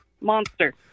Monster